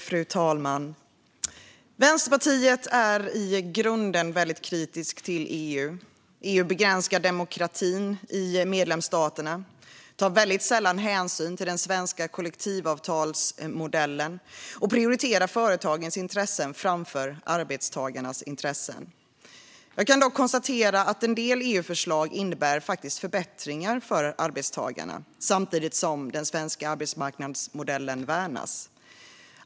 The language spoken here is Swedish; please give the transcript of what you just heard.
Fru talman! Vänsterpartiet är i grunden väldigt kritiskt till EU. EU begränsar demokratin i medlemsstaterna, tar väldigt sällan hänsyn till den svenska kollektivavtalsmodellen och prioriterar företagens intressen framför arbetstagarnas. Jag kan dock konstatera att en del EU-förslag faktiskt innebär förbättringar för arbetstagarna, samtidigt som den svenska arbetsmarknadsmodellen värnas.